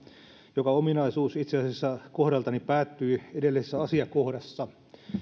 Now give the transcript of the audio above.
joka ominaisuus itse asiassa kohdaltani päättyi edellisessä asiakohdassa